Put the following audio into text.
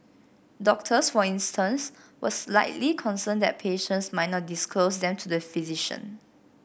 doctors for instance were slightly concerned that patients might not disclose them to the physician